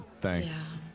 thanks